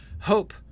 hope